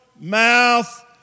mouth